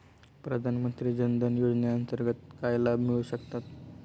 प्रधानमंत्री जनधन योजनेअंतर्गत काय लाभ मिळू शकतात?